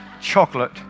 chocolate